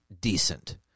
decent